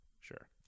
Sure